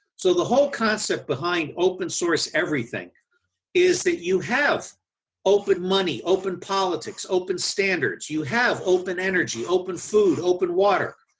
so, the whole concept behind open source everything is that you have open money, open politics, open standards, you have open energy, open food, open water.